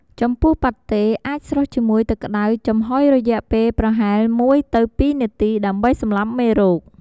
ចំពោះប៉ាតេ អាចស្រុះជាមួយទឹកក្ដៅចំហុយរយៈពេលប្រហែល ១–២ នាទី ដើម្បីសម្លាប់មេរោគ។